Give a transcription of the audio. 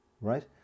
right